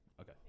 Okay